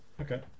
Okay